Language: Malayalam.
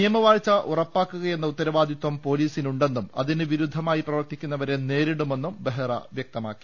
നിയമവാഴ്ച ഉറപ്പാക്കുകയെ ന്ന ഉത്തരവാദിത്വം പൊലീസിനുണ്ടെന്നും അതിന് വിരുദ്ധമായി പ്രവർത്തിക്കു ന്നവരെ നേരിടുമെന്നും ബെഹ്റ വൃക്തമാക്കി